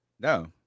No